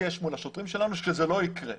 ולהתעקש מול השוטרים שלנו שזה לא יקרה.